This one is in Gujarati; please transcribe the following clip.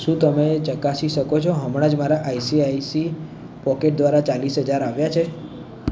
શું તમે ચકાસી શકો છો હમણાં જ મારા આઈસીઆઈસી પોકેટ દ્વારા ચાળીસ હજાર આવ્યા છે